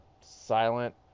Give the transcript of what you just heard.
silent